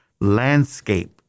landscape